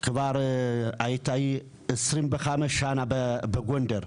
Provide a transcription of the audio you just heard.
היא כבר 25 שנה בגונדר,